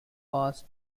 past